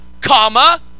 Comma